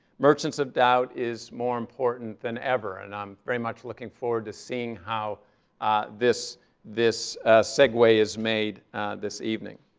merchants of doubt is more important than ever. and i'm very much looking forward to seeing how this this segue is made this evening.